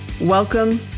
Welcome